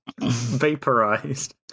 vaporized